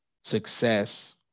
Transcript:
success